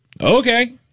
Okay